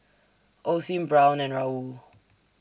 Osim Braun and Raoul